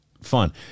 fun